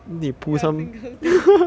ya singles' day